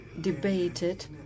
debated